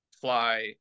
fly